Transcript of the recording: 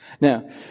Now